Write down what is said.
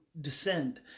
descend